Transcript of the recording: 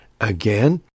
Again